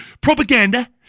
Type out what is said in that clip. Propaganda